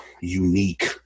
unique